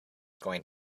going